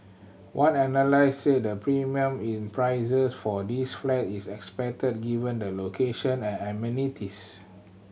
one analyst said the premium in prices for these flat is expected given the location and amenities